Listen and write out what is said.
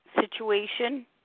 situation